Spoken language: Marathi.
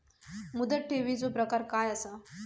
मुदत ठेवीचो प्रकार काय असा?